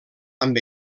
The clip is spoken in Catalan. amb